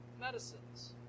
medicines